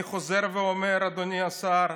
אני חוזר ואומר: אדוני השר,